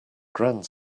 grand